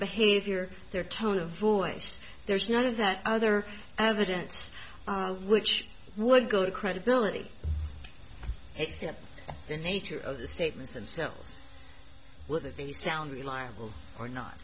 behavior their tone of voice there's none of that other evidence which would go to credibility the nature of the statements themselves whether they sound reliable or not